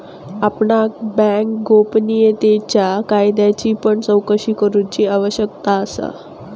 आपणाक बँक गोपनीयतेच्या कायद्याची पण चोकशी करूची आवश्यकता असा